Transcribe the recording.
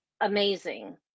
amazing